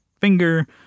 finger